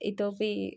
इतोऽपि